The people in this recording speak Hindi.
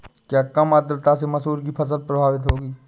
क्या कम आर्द्रता से मसूर की फसल प्रभावित होगी?